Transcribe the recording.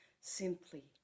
simply